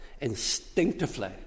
instinctively